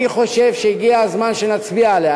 אני חושב שהגיע הזמן שנצביע עליה.